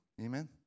Amen